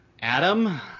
Adam